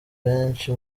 menshi